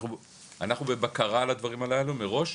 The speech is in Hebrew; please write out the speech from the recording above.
אנחנו בבקרה על הדברים הללו מראש,